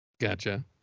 Gotcha